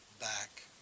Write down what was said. back